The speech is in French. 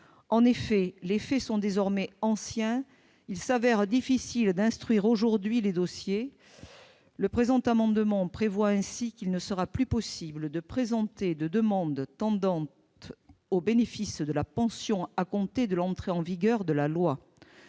le temps. Les faits étant désormais anciens, il s'avère en effet difficile d'instruire aujourd'hui les dossiers. Le présent amendement a ainsi pour objet de prévoir qu'il ne sera plus possible de présenter de demandes tendant au bénéfice de la pension à compter de l'entrée en vigueur de la loi.